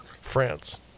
France